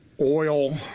oil